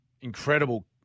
incredible